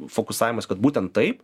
fokusavimosi kad būtent taip